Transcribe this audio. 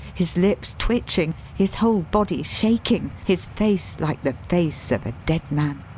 his lips twitching, his whole body shaking, his face like the face of a dead man.